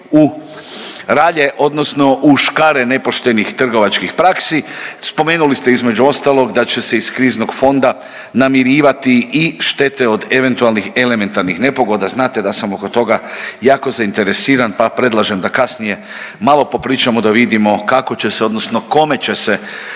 u škare nepoštenih trgovačkih praksi. Spomenuli ste između ostalog da će se iz Kriznog fonda namirivati i štete od eventualnih elementarnih nepogoda, znate da sam oko toga jako zainteresiran pa predlažem da kasnije malo popričamo da vidimo kako će se odnosno kome će se